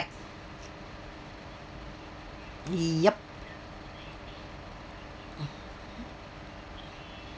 yup